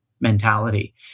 mentality